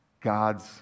God's